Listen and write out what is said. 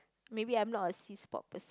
maybe I'm not a sea sport pers~